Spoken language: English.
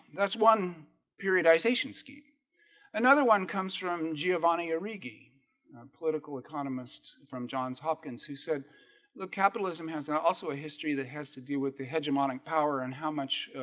that's one periodization scheme another one comes from giovanni arrighi political economist from johns hopkins who said look capitalism has also a history that has to do with the hegemonic power and how much?